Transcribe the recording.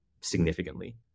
significantly